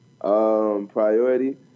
priority